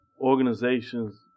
organizations